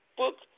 book